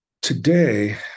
Today